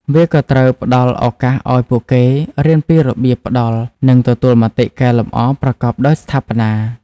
វាក៏ត្រូវផ្តល់ឱកាសឱ្យពួកគេរៀនពីរបៀបផ្តល់និងទទួលមតិកែលម្អប្រកបដោយស្ថាបនា។